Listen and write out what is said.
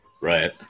right